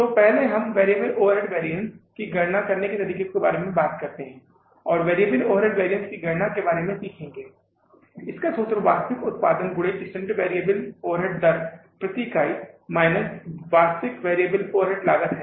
तो पहले हम वैरिएबल ओवरहेड वैरिअन्स की गणना करने के तरीके के बारे में बात करते है और वैरिएबल ओवरहेड वैरिअन्स की गणना करने के बारे में सीखेंगे इसका सूत्र वास्तविक उत्पादन गुने स्टैण्डर्ड वेरिएबल ओवरहेड दर प्रति इकाई माइनस वास्तविक वेरिएबल ओवरहेड लागत है